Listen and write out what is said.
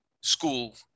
school